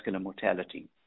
mortality